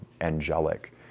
angelic